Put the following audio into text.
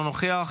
אינו נוכח,